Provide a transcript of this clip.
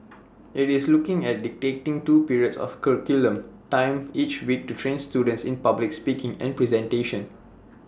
IT is looking at dedicating two periods of curriculum time each week to train students in public speaking and presentation